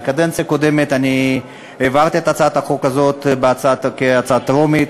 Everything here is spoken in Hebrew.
בקדנציה הקודמת העברתי את הצעת החוק הזאת כהצעה טרומית,